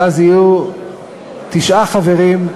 ואז יהיו תשעה חברים,